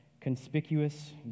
conspicuous